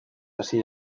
hasi